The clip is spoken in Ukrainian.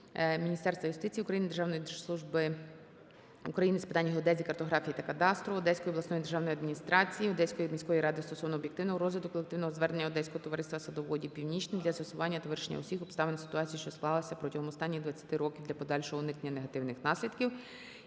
Міністерства юстиції України, Державної служби України з питань геодезії, картографії та кадастру, Одеської обласної державної адміністрації, Одеської міської ради стосовно об'єктивного розгляду колективного звернення Одеського товариства садоводів "Північне" для з'ясування та вирішення усіх обставин ситуації, що склалася протягом останніх двадцяти років для подальшого уникнення негативних наслідків